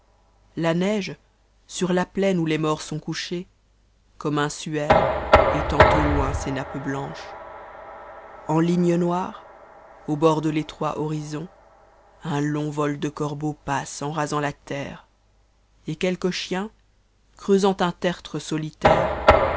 la neige sur ta plaine où les morts sont couchés comme un suaire étend au loin ses nappes blanches en ligne noire au bord de fétroït horizon un long vol de eorbeaux passe en rasant la terre et qaelqaes chiens creasant un tertre solitaire